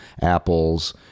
apples